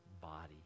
body